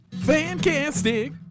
Fantastic